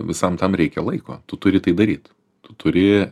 visam tam reikia laiko tu turi tai daryt tu turi